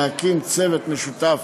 להקים צוות משותף